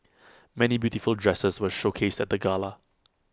many beautiful dresses were showcased at the gala